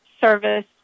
service